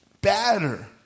batter